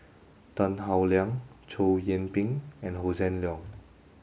Tan Howe Liang Chow Yian Ping and Hossan Leong